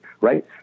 right